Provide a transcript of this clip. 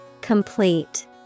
Complete